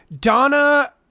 Donna